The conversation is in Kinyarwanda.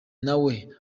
nawe